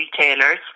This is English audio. retailers